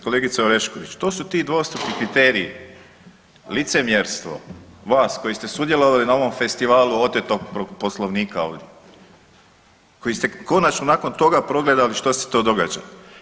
Kolegice Orešković to su ti dvostruki kriteriji, licemjerstvo vas koji ste sudjelovali na ovom festivalu otetog Poslovnika ovdje, koji ste konačno nakon toga progledali što se to događa.